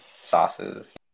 sauces